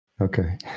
Okay